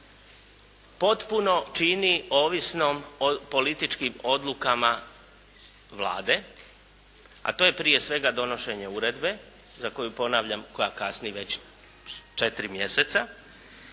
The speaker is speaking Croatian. potpuno čini ovisnom o političkim odlukama Vlade, a to je prije svega donošenje uredbe, za koju ponavljam, koja kasni već četiri mjeseca